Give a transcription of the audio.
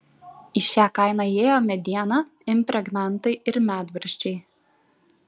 į šią kainą įėjo mediena impregnantai ir medvaržčiai